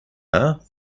are